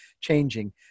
changing